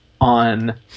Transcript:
on